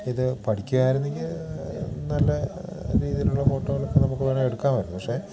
ഇത് പഠിക്കുകയായിരുന്നെങ്കിൽ നല്ല രീതിയിലുള്ള ഫോട്ടോകളൊക്കെ നമുക്ക് വേണെ എടുക്കാമായിരുന്നു പക്ഷെ